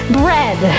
bread